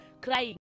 crying